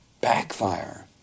backfire